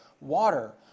water